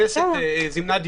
היא זימנה דיון.